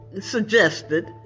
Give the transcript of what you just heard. suggested